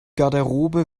garderobe